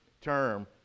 term